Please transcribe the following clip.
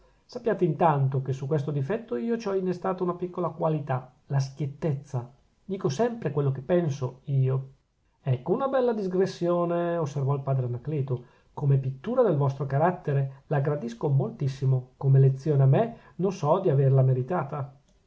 sappiate intanto che su questo difetto io ci ho innestata una piccola qualità la schiettezza dico sempre quello che penso io ecco una bella digressione osservò il padre anacleto come pittura del vostro carattere la gradisco moltissimo come lezione a me non so di averla meritata